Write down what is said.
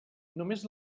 només